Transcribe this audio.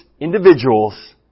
individuals